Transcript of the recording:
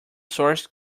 source